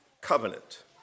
covenant